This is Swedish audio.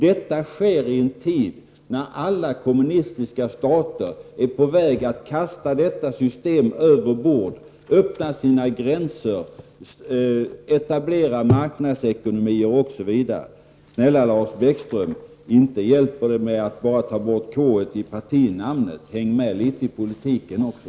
Detta sker i en tid när alla kommunistiska stater är på väg att kasta detta system över bord, öppna sina gränser, etablera marknadsekonomi, osv. Snälla Lars Bäckström, inte hjälper det att bara ta bort ett k i partinamnet, häng med litet i politiken också!